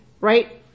right